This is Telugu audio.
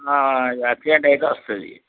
అర్జెంట్ అయితే వస్తుంది